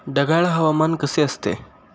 ढगाळ हवामान कोणते असते?